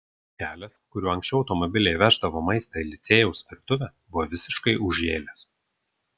kelias kuriuo anksčiau automobiliai veždavo maistą į licėjaus virtuvę buvo visiškai užžėlęs